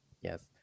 Yes